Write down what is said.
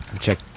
check